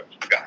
guy